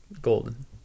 golden